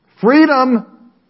Freedom